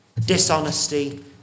Dishonesty